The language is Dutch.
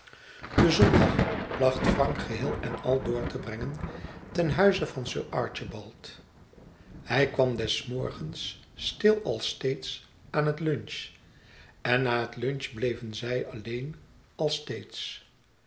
den zondag placht frank geheel en al door te brengen ten huize van sir archibald hij kwam des morgens stil als steeds aan het lunch en na het lunch bleven zij alleen als steeds